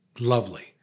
Lovely